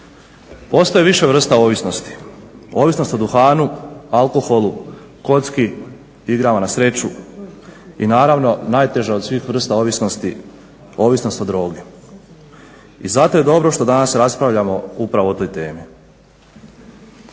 Postoji više vrsta ovisnosti, ovisnost o duhanu, alkoholu, kocki, igrama na sreću i naravno najteža od svih vrsta ovisnosti ovisnost o drogi. I zato je dobro što danas raspravljamo upravo o toj temi.